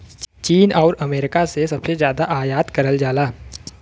चीन आउर अमेरिका से सबसे जादा आयात करल जाला